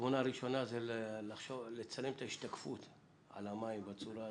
התמונה הראשונה זה לצלם את ההשתקפות על המים בצורה הזו.